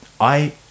I-